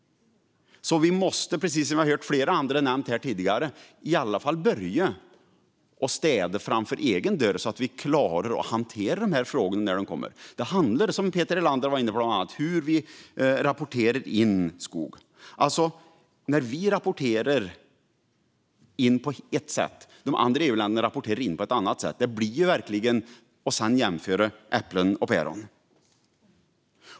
Som flera andra nämnt måste vi därför i alla fall börja städa framför egen dörr så att vi kan hantera dessa frågor när de kommer. Som Peter Helander var inne på handlar det bland annat om hur vi rapporterar in skog. När vi rapporterar in på ett sätt och de andra EU-länderna på ett annat sätt blir det verkligen att jämföra äpplen och päron.